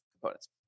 components